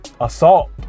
assault